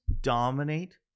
dominate